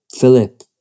Philip